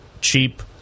cheap